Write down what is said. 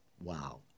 Wow